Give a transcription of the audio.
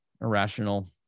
irrational